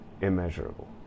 immeasurable